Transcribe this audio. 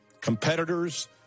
competitors